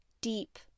deep